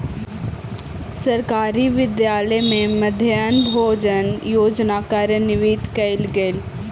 सरकारी विद्यालय में मध्याह्न भोजन योजना कार्यान्वित कयल गेल